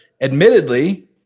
Admittedly